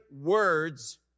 words